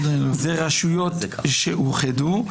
זה רשויות שאוחדו.